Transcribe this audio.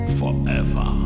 forever